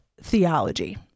theology